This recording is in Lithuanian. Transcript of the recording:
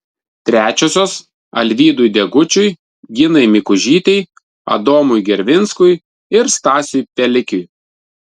trečiosios alvydui degučiui ginai mikužytei adomui gervinskui ir stasiui pielikiui